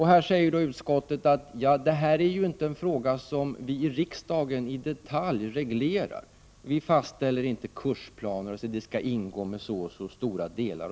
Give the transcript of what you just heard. Här säger utskottet att det inte är en fråga som vi i riksdagen reglerar i detalj. Här fastställs inte kursplaner eller vilka moment som skall ingå med så och så stora delar.